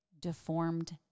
deformed